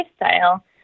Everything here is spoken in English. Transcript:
lifestyle